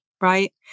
right